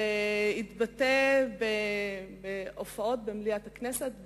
זה התבטא בהופעות במליאת הכנסת,